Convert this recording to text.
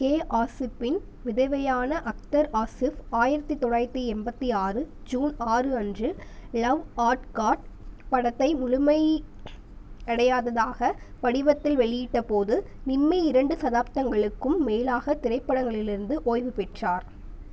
K ஆசிப்பின் விதவையான அக்தர் ஆசிஃப் ஆயிரத்தி தொள்ளாயிரத்தி எண்பத்தி ஆறு ஜூன் ஆறு அன்று லவ் ஆட் காட் படத்தை முழுமை அடையாததாக வடிவத்தில் வெளியிட்டப்போது நிம்மி இரண்டு சதாப்தங்களுக்கும் மேலாக திரைப்படங்களிலிருந்து ஓய்வு பெற்றார்